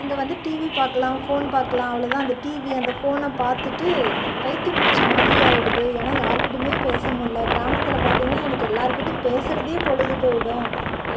இங்கே வந்து டிவி பாக்கலாம் ஃபோன் பாக்கலாம் அவ்வளோதான் அந்த டிவி அந்த ஃபோனை பார்த்துட்டு பைத்தியம் பிடிச்ச மாதிரி ஆகிடுது ஏன்னால் யார்கிட்டையுமே பேசமுடில கிராமத்தில் பார்த்திங்கன்னா எனக்கு எல்லார்கிட்டயும் பேசறதே பொழுது போய்டும்